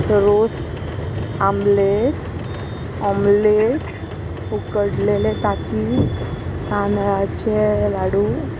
रोस omelette omelette उकडलेले तांती तांदळाचे लाडू